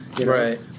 Right